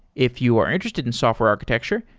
if you are interested in software architecture,